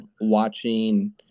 watching